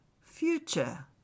Future